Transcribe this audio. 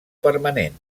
permanent